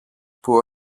όπου